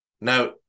Now